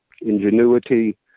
ingenuity